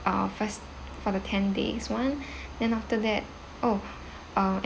uh first for the ten days one then after that oh uh